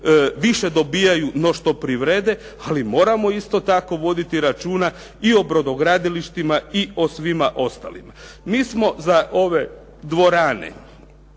više dobivaju no što privrede, ali moramo isto tako voditi računa i o brodogradilištima i o svima ostalima. Mi smo za ove dvorane